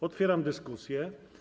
Otwieram dyskusję.